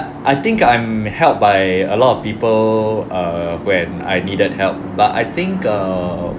I think I'm helped by a lot of people err when I needed help but I think err